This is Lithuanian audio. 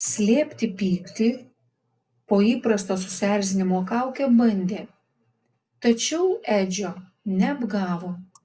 slėpti pyktį po įprasto susierzinimo kauke bandė tačiau edžio neapgavo